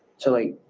so, like,